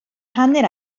hanner